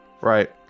Right